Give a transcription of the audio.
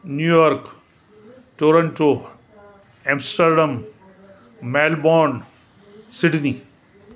New York Toronto Amsterdam Melbourne Sydney